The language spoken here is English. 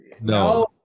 No